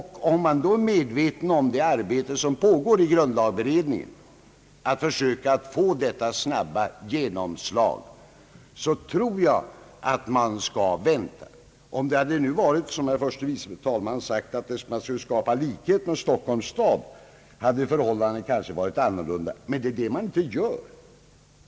Då man också är medveten om det arbete som pågår i grundlagberedningen med att söka få ett snabbt genomslag, tror jag att man skall vänta. Om man, som herr förste vice talmannen sagt, skulle skapa likhet med Stockholms stad, så hade förhållandet kanske varit annorlunda. Men det gör man inte.